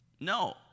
No